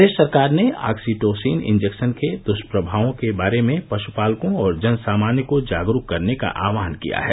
प्रदेश सरकार ने oxytocin injection के दुष्प्रभावों के बारे में पश्पालकों और जन सामान्य को जागरूक करने का आहवान किया है